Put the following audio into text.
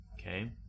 Okay